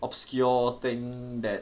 obscure thing that